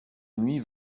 nuit